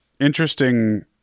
interesting